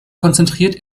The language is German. konzentriert